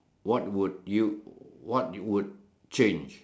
what would you what would change